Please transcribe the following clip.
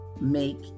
make